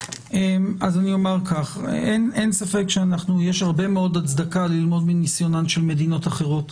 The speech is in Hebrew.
אין ספק שיש הרבה מאוד הצדקה ללמוד מניסיונן של מדינות אחרות.